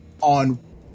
on